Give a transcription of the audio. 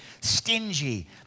stingy